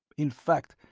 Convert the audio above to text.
in fact,